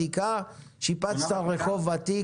הגיע הסיב האופטי לירוחם,